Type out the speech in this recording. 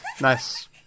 nice